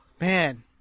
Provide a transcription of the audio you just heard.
Man